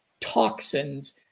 toxins